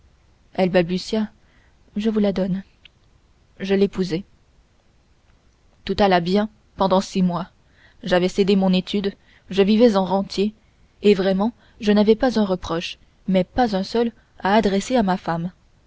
elle balbutia je vous la donne je l'épousai tout alla bien pendant six mois j'avais cédé mon étude je vivais en rentier et vraiment je n'avais pas un reproche mais pas un seul à adresser à ma femme